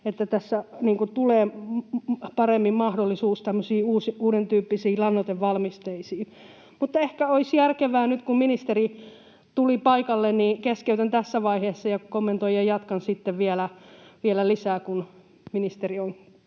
että tässä tulee paremmin mahdollisuus tämmöisiin uudentyyppisiin lannoitevalmisteisiin. Mutta ehkä olisi järkevää nyt, kun ministeri tuli paikalle, että keskeytän tässä vaiheessa ja kommentoin ja jatkan sitten vielä lisää, kun ministeri on